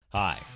Hi